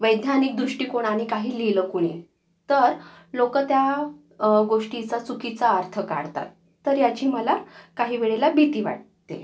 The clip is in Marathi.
वैधानिक दृष्टिकोणानी काही लिहिलं कुणी तर लोक त्या गोष्टीचा चुकीचा अर्थ काढतात तर याची मला काही वेळेला भीती वाटते